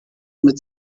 mit